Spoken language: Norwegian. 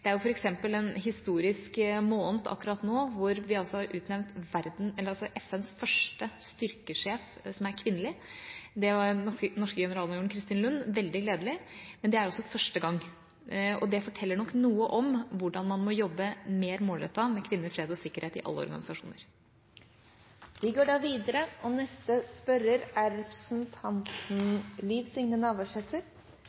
er f.eks. en historisk måned akkurat nå, hvor vi har utnevnt FNs første kvinnelige styrkesjef. Det var den norske generalmajoren Kristin Lund – veldig gledelig, men det er altså første gang. Det forteller nok noe om hvordan man må jobbe mer målrettet med kvinner, fred og sikkerhet i alle